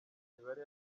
imibare